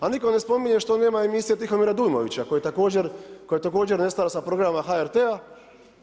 A nitko ne spominje što nema emisije Tihomira Dujmovića koja je također nestala sa programa HRT-a.